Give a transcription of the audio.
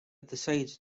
decides